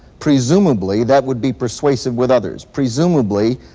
presumably, that would be persuasive with others. presumably